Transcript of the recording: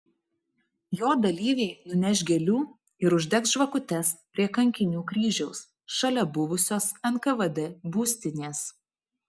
jo dalyviai nuneš gėlių ir uždegs žvakutes prie kankinių kryžiaus šalia buvusios nkvd būstinės